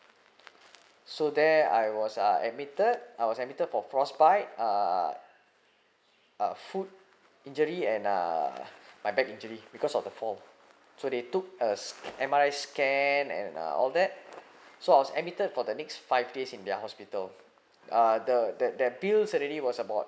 so there I was uh admitted I was admitted for frostbites uh uh foot injury and uh my back injury because of the fall so they took a M_R_I scan and uh all that so I was admitted for the next five days in their hospital uh the that that bills already was about